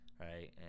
right